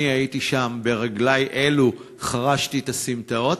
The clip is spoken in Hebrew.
אני הייתי שם, וברגלי אלו חרשתי את הסמטאות.